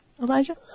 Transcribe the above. Elijah